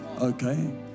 Okay